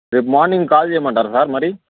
రేపు morning call చెయ్యమంటారా sir మరి